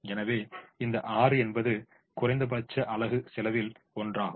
எனவே இந்த 6 என்பது குறைந்தபட்ச அலகு செலவில் ஒன்றாகும்